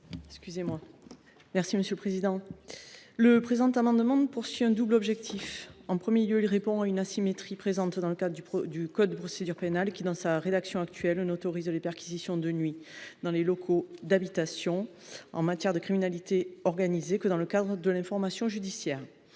Le présent amendement vise un double objectif. En premier lieu, il tend à répondre à une asymétrie présente dans le code de procédure pénale, dont la rédaction actuelle n’autorise les perquisitions de nuit dans les locaux d’habitation en matière de criminalité organisée que dans le cadre de l’information judiciaire.